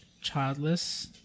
childless